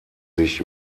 sich